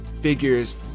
figures